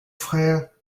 frère